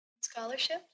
Scholarship